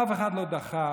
אף אחד לא דחף.